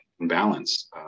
balance